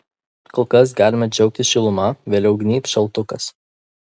kol kas galime džiaugtis šiluma vėliau gnybs šaltukas